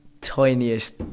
tiniest